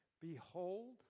Behold